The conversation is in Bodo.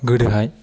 गोदोहाय